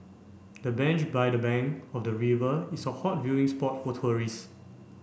the bench by the bank of the river is a hot viewing spot for tourist